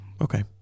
Okay